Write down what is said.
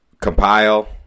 Compile